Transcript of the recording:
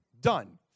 Done